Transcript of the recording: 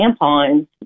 tampons